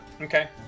Okay